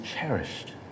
cherished